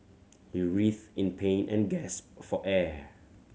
he writhed in pain and gasped for air